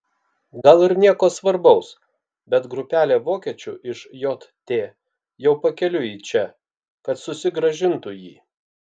gal ir nieko svarbaus bet grupelė vokiečių iš jt jau pakeliui į čia kad susigrąžintų jį